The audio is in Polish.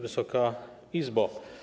Wysoka Izbo!